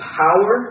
power